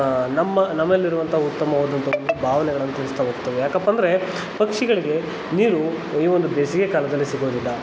ನಮ್ಮ ನಮ್ಮಲ್ಲಿರುವಂಥ ಉತ್ತಮವಾದಂಥ ಒಂದು ಭಾವನೆಗಳನ್ನ ತಿಳಿಸ್ತಾ ಹೋಗ್ತವೆ ಏಕಪ್ಪಂದ್ರೆ ಪಕ್ಷಿಗಳಿಗೆ ನೀರು ಈ ಒಂದು ಬೇಸಿಗೆ ಕಾಲದಲ್ಲಿ ಸಿಗೋದಿಲ್ಲ